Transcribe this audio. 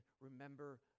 remember